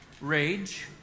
rage